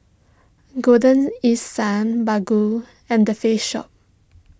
Golden East Sun Baggu and the Face Shop